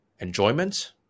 enjoyment